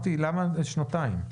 שאלתי למה שנתיים.